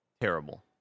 terrible